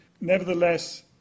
Nevertheless